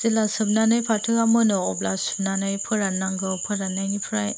जेला सोमनानै फाथोआ मोनो अब्ला सुनानै फोराननांगौ फोराननायनिफ्राय